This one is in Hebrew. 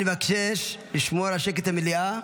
אני מבקש לשמור על שקט במליאה.